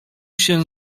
się